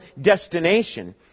destination